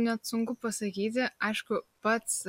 net sunku pasakyti aišku pats